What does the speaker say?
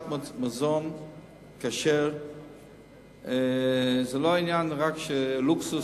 מזון כשר זה לא רק עניין של לוקסוס,